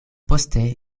poste